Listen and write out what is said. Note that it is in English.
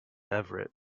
everett